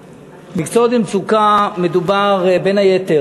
בשנים האחרונות קרו כמה דברים מדאיגים במערכת הרפואה